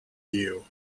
view